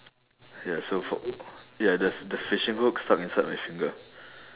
yes so for ya the the fishing hook stuck inside my finger